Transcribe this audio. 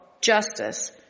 justice